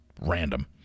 random